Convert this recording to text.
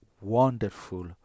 wonderful